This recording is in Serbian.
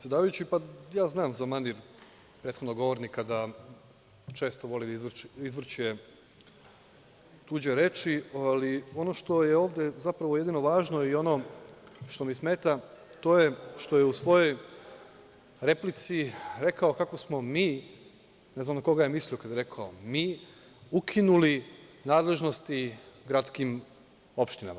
Ja znam za manir prethodnog govornika da često voli da izvrće tuđe reči, ali ono što je ovde jedino važno i ono što mi smeta, to je što je u svojoj replici rekao kako smo mi, ne znam na koga je mislio kada je rekao „mi“, ukinuli nadležnosti gradskim opštinama.